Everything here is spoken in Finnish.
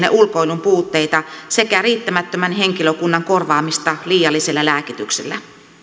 ja ulkoilun puutteita sekä riittämättömän henkilökunnan korvaamista liiallisella lääkityksellä